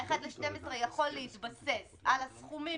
ה-1/12 יכול להתבסס על הסכומים